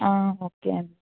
okay అండి